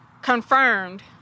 confirmed